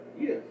yes